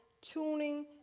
tuning